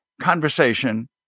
conversation